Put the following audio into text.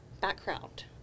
background